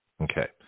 Okay